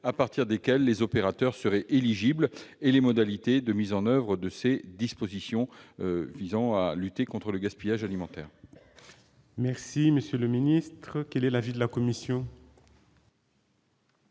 à partir desquels les opérateurs seraient éligibles et les modalités de mises en oeuvre de ces dispositions visant à lutter contre le gaspillage alimentaire. Quel est l'avis de la commission